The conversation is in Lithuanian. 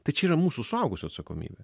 tai čia yra mūsų suaugusių atsakomybė